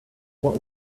what